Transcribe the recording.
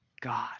God